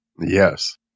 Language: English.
Yes